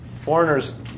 Foreigners